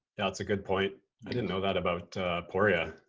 that's a good point. i didn't know that about poria,